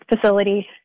facility